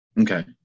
okay